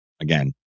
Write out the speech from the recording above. again